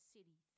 City